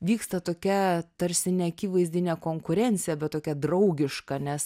vyksta tokia tarsi neakivaizdinė konkurencija bet tokia draugiška nes